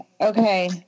okay